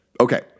Okay